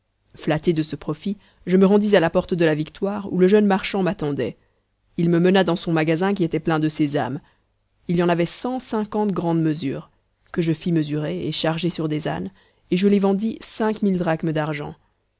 flatté de ce profit je me rendis à la porte de la victoire où le jeune marchand m'attendait il me mena dans son magasin qui était plein de sésame il y en avait cent cinquante grandes mesures que je fis mesurer et charger sur des ânes et je les vendis cinq mille drachmes d'argent